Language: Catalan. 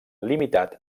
limitat